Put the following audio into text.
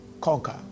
conquer